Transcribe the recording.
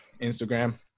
instagram